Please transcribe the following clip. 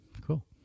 Cool